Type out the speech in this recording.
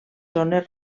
zones